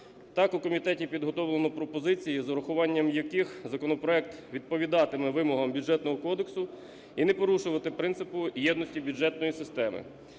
Так у комітеті підготовлено пропозиції, з урахуванням яких законопроект відповідатиме вимогами Бюджетного кодексу і не порушуватиме єдності бюджетної системи.